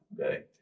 Okay